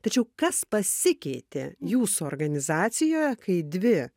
tačiau kas pasikeitė jūsų organizacijoje kai dvi